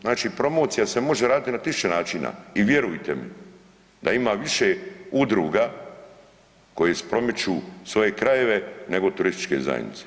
Znači promocija se može raditi na tisuće načina i vjerujte mi da ima više udruga koje promiču svoje krajeve nego turističke zajednice.